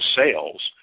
sales